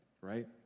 Right